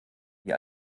wie